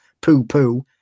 poo-poo